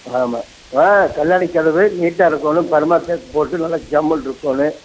ஆமாம் ஆ கண்ணாடி கதவு நீட்டாக இருக்கணும் பர்மா தேக்கு போட்டு நல்ல ஜம்முன்னு இருக்கணும்